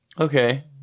okay